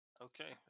Okay